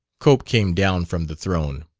cope came down from the throne.